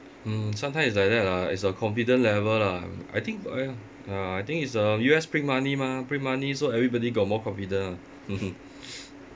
mm sometimes it's like that lah it's your confidence level um I think uh I think it's a U_S print money mah print money so everybody got more confident ah